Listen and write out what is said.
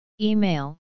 Email